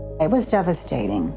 it was devastated.